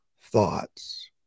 thoughts